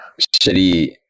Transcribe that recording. shitty